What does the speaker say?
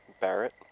Barrett